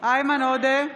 איימן עודה,